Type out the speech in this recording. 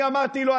ומה אתה אמרת לו?